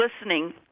listening